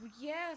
Yes